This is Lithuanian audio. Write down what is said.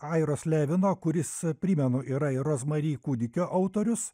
airo slevino kuris primenu yra rozmari kūdikio autorius